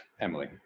Emily